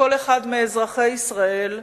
כל אחד מאזרחי ישראל,